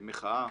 המחאה,